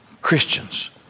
Christians